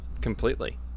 completely